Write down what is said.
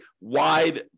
wide